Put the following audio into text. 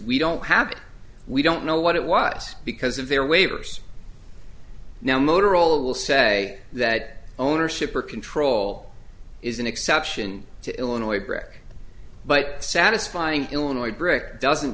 we don't have we don't know what it was because of their waivers now motorola will say that ownership or control is an exception to illinois breck but satisfying illinois brick doesn't